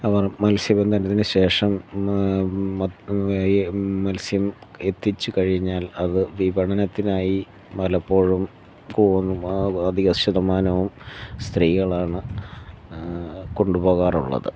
അവർ മത്സ്യബന്ധനത്തിന് ശേഷം ഈ മൽസ്യം എത്തിച്ചു കഴിഞ്ഞാൽ അത് വിപണത്തിനായി പലപ്പോഴും അധിക ശതമാനവും സ്ത്രീകളാണ് കൊണ്ട് പോകാറുള്ളത്